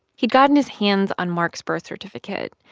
he'd gotten his hands on mark's birth certificate,